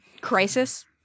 Crisis